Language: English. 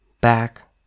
Back